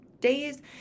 days